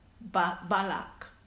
Balak